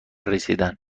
رسیدن